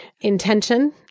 intention